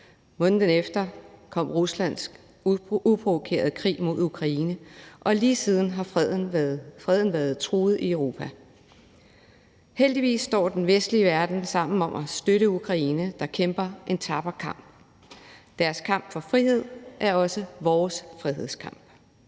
Måneden efter kom Ruslands uprovokerede krig mod Ukraine, og lige siden har freden været truet i Europa. Heldigvis står den vestlige verden sammen om at støtte Ukraine, der kæmper en tapper kamp. Deres kamp for frihed er også vores frihedskamp.